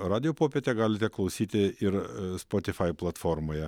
radijo popietę galite klausyti ir spotify platformoje